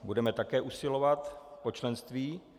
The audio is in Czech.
Budeme také usilovat o členství?